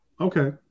Okay